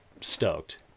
stoked